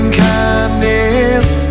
kindness